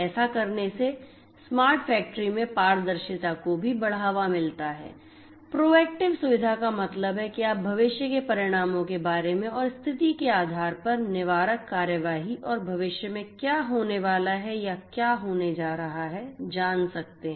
ऐसा करने से स्मार्ट फैक्ट्री में पारदर्शिता को भी बढ़ावा मिलता है प्रोएक्टिव सुविधा का मतलब है कि आप भविष्य के परिणामों के बारे में और स्थिति के आधार पर निवारक कार्रवाई और भविष्य में क्या होने वाला है या क्या होने जा रहा है जान सकते हैं